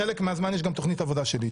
בחלק מהזמן יש תוכנית עבודה שלי.